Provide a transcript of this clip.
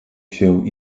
się